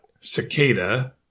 cicada